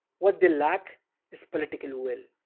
what they lack is political will.